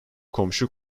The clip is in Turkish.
komşu